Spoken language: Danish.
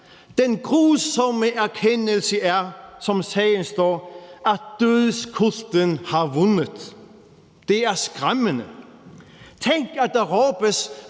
Den grusomme erkendelse er, som sagen står, at dødskulten har vundet. Det er skræmmende. Tænk, at der råbes